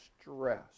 stress